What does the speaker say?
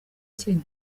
kenya